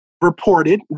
reported